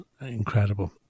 incredible